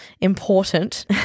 Important